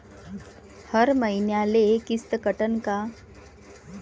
हर मईन्याले किस्त कटन का?